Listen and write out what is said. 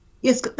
yes